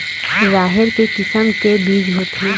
राहेर के किसम के बीज होथे?